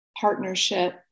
partnership